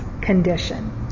condition